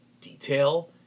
detail